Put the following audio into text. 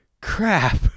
crap